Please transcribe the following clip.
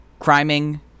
Criming